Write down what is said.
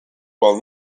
qual